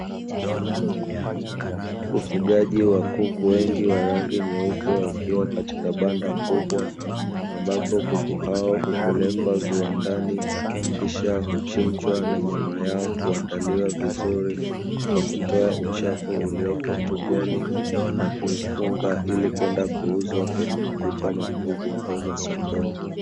Ufugaji wa kuku wengi wa rangi nyeupe, wakiwa katika banda kubwa, ambapo kuku hao hupelekwa viwandani, kisha huchinjwa na nyama yao kuandaliwa vizuri kwa kutoa uchafu uliopo tumboni na kuifunga, ili kwenda kuuzwa kwenye maduka makubwa au masokoni.